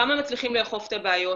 כמה מצליחים לאכוף את הבעיות?